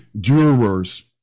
jurors